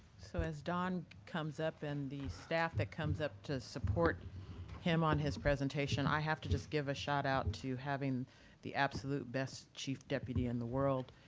so as don comes up and the staff that comes up to support him on his presentation, i have to just give a shout-out to having the absolute best chief deputy in the world.